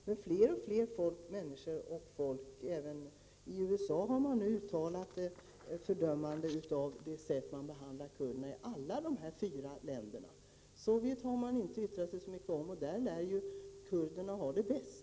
Men fler och fler människor och folk gör något, och även i USA har man uttalat fördömanden av det sätt som kurderna behandlas på i alla dessa fyra länder. Sovjet har man inte yttrat sig så mycket om, och där lär ju kurderna ha det bäst.